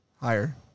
Higher